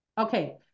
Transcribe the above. Okay